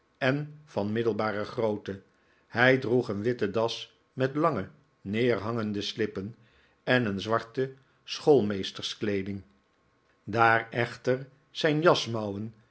en van middelbare grootte hij droeg een witte das met lange neerhangende slippen en een zwarte schoolrneesterskleeding daar echter zijn